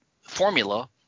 formula